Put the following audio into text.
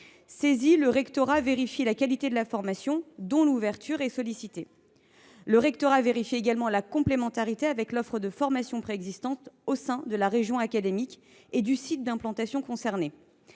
Saisi, le rectorat vérifie la qualité de la formation dont l’ouverture est sollicitée. Il contrôle également la complémentarité de celle ci avec l’offre de formation préexistante au sein de la région académique et du site d’implantation concerné.